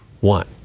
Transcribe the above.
one